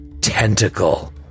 tentacle